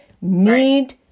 Need